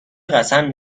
قسم